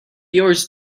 yours